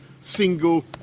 single